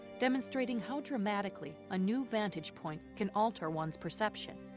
demonstrating how dramatically a new vantage point can alter one's perception.